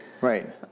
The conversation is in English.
Right